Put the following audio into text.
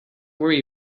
worry